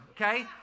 Okay